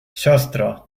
siostro